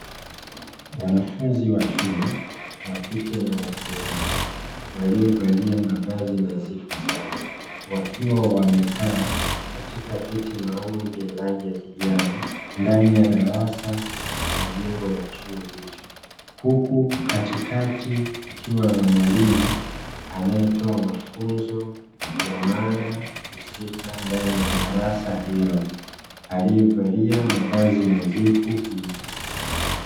Wanafunzi wa chuo wa kike na wa kiume, waliovalia mavazi nadhifu sana, wakiwa wamekaa katika ya viti maalumu vyenye rangi ya kijani ndani ya darasa la jengo la chuo hicho, huku katikati kukiwa na mwalimu anayetoa mafunzo ya mada husika ndani ya darasa hilo, aliyevalia mavazi nadhifu pia.